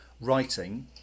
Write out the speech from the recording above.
writing